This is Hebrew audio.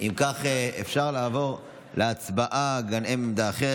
אם כך, אפשר לעבור להצבעה, גם אין עמדה אחרת.